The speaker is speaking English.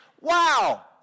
wow